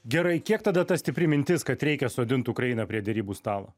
gerai kiek tada ta stipri mintis kad reikia sodint ukrainą prie derybų stalo